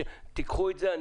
קחו את זה.